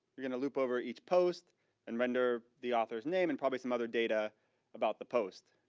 your gonna loop over each post and render the author's name and probably some other data about the post.